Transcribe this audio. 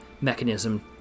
mechanism